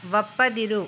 ಒಪ್ಪದಿರು